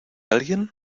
alguien